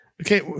okay